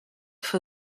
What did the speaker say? for